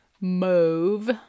mauve